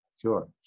Sure